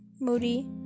moody